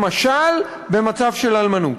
למשל במצב של אלמנות.